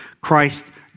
Christ